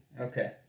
Okay